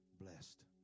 blessed